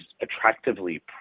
attractively